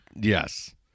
yes